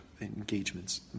engagements